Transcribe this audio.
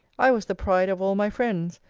i was the pride of all my friends,